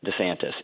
desantis